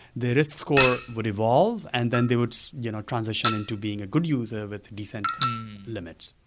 the risk score would evolve and then they would you know transition into being a good user with the descent limits.